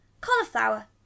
cauliflower